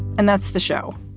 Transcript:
and that's the show.